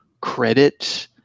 credit